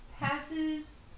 passes